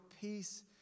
peace